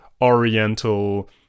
oriental